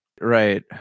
right